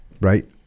right